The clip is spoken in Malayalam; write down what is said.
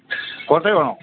കോട്ടയമാണോ